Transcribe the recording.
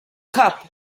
cup